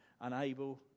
unable